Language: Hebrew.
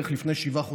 בערך לפני שבעה חודשים,